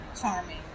charming